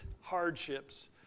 hardships